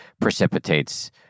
precipitates